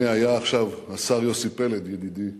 הנה היה עכשיו השר יוסי פלד ידידי